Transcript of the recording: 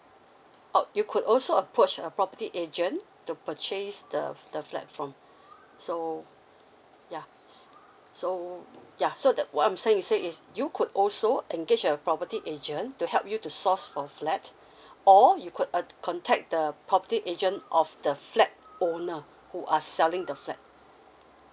oh you could also approach a property agent to purchase the the flat from so ya so ya so that what I'm saying to say is you could also engage a property agent to help you to source for flat or you could uh contact the property agent of the flat owner who are selling the flat